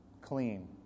clean